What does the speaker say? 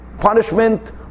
punishment